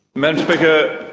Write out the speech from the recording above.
madam speaker,